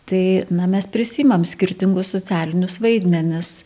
tai na mes prisiimam skirtingus socialinius vaidmenis